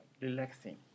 relaxing